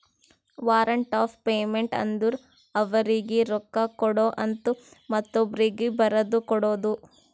warrant of payment ಅಂದುರ್ ಅವರೀಗಿ ರೊಕ್ಕಾ ಕೊಡು ಅಂತ ಮತ್ತೊಬ್ರೀಗಿ ಬರದು ಕೊಡೋದು